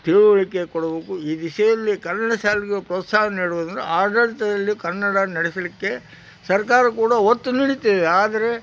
ತಿಳುವಳಿಕೆ ಕೊಡಬೇಕು ಈ ದಿಶೆಯಲ್ಲಿ ಕನ್ನಡ ಶಾಲೆಗೆ ಪ್ರೋತ್ಸಾಹ ನೀಡುವುದರಿಂದ ಆಡಳಿತದಲ್ಲಿಯು ಕನ್ನಡ ನಡೆಸಲಿಕ್ಕೆ ಸರ್ಕಾರ ಕೂಡ ಒತ್ತು ನೀಡುತ್ತಿದೆ ಆದರೆ